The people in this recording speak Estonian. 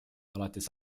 alates